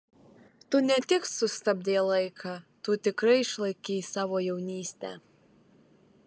tu ne tik sustabdei laiką tu tikrai išlaikei savo jaunystę